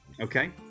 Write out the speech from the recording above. Okay